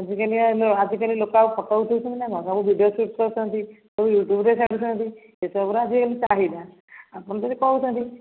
ଆଜିକାଲି ଲୋକ ଆଉ ଫୋଟୋ ଉଠଉଛନ୍ତି ନା କଣ ସବୁ ଭିଡ଼ିଓ ସୁଟ୍ କରୁଛନ୍ତି ସବୁ ୟୁଟ୍ୟୁବରେ ଛାଡ଼ୁଛନ୍ତି ସେସବୁ ର ଆଜିକାଲି ଚାହିଦା ଆପଣ ଯଦି କହୁଛନ୍ତି ଆଉ